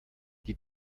die